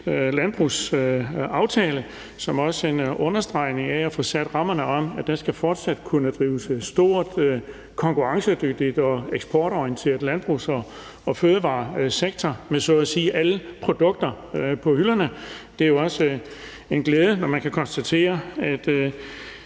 landbrugsaftale, også som en understregning af at få sat rammerne om, at der fortsat skal kunne drives en stor, konkurrencedygtig og eksportorienteret landbrugs- og fødevaresektor med så at sige alle produkter på hylderne. Det er jo også en glæde, når man kan konstatere,